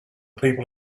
people